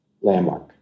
landmark